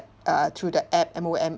uh through the app M_O_M